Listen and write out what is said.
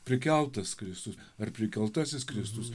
prikeltas kristus ar prikeltasis kristus